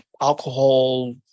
alcohol